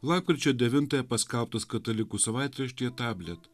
lapkričio devintąją paskelbtas katalikų savaitraštyje tablet